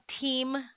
team